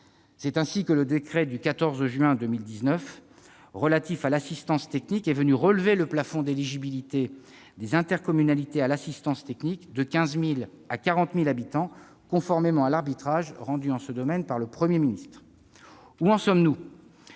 C'est ainsi que le décret du 14 juin 2019 relatif à l'assistance technique est venu relever le plafond d'éligibilité des intercommunalités à l'assistance technique de 15 000 à 40 000 habitants, conformément à l'arbitrage rendu par le Premier ministre. Où en sommes-nous ?